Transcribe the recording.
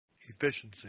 efficiency